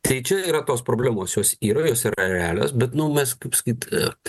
tai čia yra tos problemos jos yra jos yra realios bet nu mes kaip sakyt